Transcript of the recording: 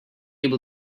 able